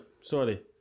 sorry